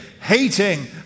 hating